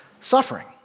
suffering